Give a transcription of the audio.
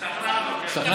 השתכנעת?